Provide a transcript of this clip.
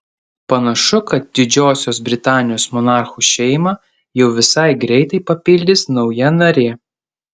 panašu kad didžiosios britanijos monarchų šeimą jau visai greitai papildys nauja narė